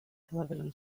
television